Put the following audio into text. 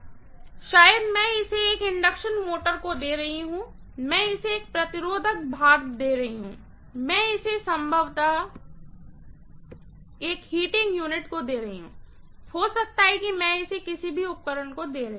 output power शायद मैं इसे एक इंडक्शन मोटर को दे रही हूँ मैं इसे एक रेजिस्टेंस क भार को दे रही हूँ मैं इसे संभवतः एक हीटिंग यूनिट को दे रही हूँ हो सकता है कि मैं इसे किसी भी उपकरण को दे रही हूँ